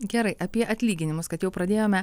gerai apie atlyginimus kad jau pradėjome